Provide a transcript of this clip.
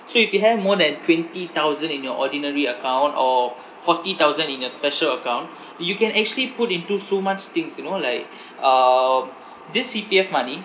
so if you have more than twenty thousand in your ordinary account or f~ forty thousand in your special account you can actually put into so much things you know like um this C_P_F money